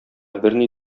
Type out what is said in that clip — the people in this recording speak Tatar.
берни